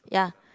ya